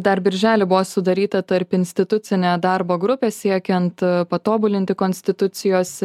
dar birželį buvo sudaryta tarpinstitucinė darbo grupė siekiant patobulinti konstitucijos